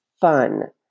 fun